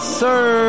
sir